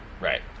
Right